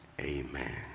Amen